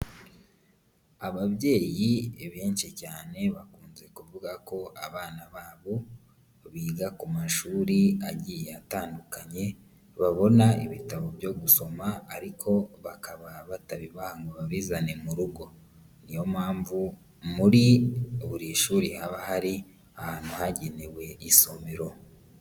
Ababyeyi benshi cyane bakunze kuvuga ko abana babo biga ku mashuri agiye atandukanye, babona ibitabo byo gusoma ariko bakaba batabibaho babizane mu rugo, niyo mpamvu muri buri shuri haba hari ahantu hagenewe isomero.